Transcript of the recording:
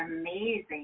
amazing